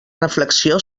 reflexió